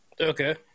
Okay